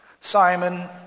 Simon